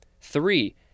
Three